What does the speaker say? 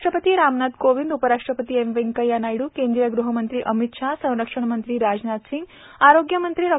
राष्ट्रपती रामनाथ कोविंद उपराष्ट्रपती एम व्यंकथ्या नायड्र केंद्रीय ग़हमंत्री अमित शहा संरक्षण मंत्री राजनाथ सिंह आरोग्य मंत्री डॉ